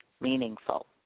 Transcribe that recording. meaningful